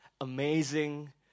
amazing